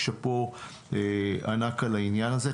אז שאפו ענק על העניין הזה.